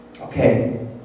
Okay